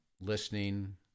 listening